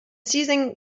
seizing